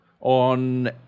on